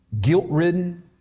guilt-ridden